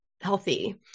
healthy